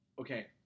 Okay